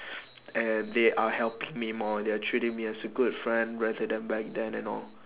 and they are helping me more they are treating me as a good friend rather than back then you know